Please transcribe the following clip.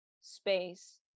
space